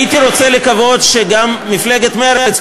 הייתי רוצה לקוות שגם מפלגת מרצ,